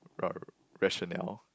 ra~ rationale